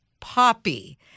Poppy